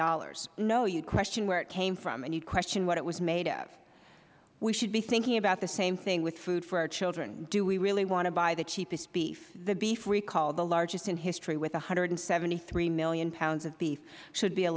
dollars no you would question where it came from and you would question what it was made of we should be thinking about the same thing with food for our children do we really want to buy the cheapest beef the beef recall the largest in history with one hundred and seventy three million pounds of beef should be a